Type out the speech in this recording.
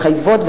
מחייבות,